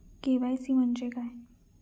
KYC म्हणजे काय?